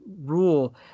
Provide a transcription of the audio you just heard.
rule